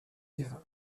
live